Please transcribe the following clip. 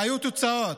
והיו תוצאות.